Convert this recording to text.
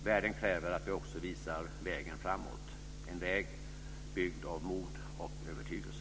Världen kräver att vi också visar vägen framåt - en väg byggd av mod och övertygelse.